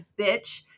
bitch